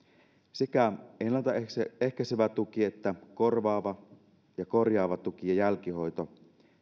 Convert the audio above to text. sekä ennalta ehkäisevä tuki korvaava ja korjaava tuki että jälkihoito